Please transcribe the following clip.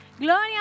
Gloria